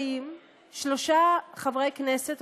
באים שלושה חברי כנסת,